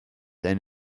and